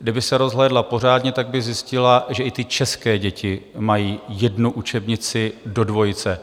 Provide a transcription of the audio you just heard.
Kdyby se rozhlédla pořádně, tak by zjistila, že i české děti mají jednu učebnici do dvojice.